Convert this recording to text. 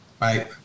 right